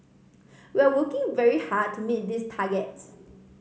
we are working very hard to meet these targets